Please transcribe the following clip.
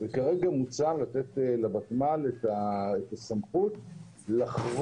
וכרגע מוצע לתת לוותמ"ל את הסמכות לחרוג